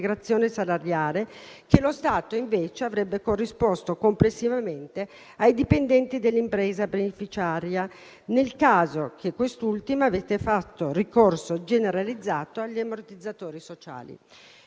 che lo Stato avrebbe corrisposto complessivamente ai dipendenti dell'impresa beneficiaria, nel caso in cui quest'ultima avesse fatto ricorso generalizzato agli ammortizzatori sociali;